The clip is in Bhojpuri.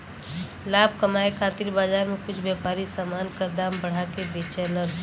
लाभ कमाये खातिर बाजार में कुछ व्यापारी समान क दाम बढ़ा के बेचलन